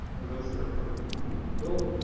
are those that are part of the human genome build,